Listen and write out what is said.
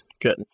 Good